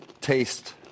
taste